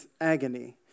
agony